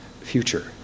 future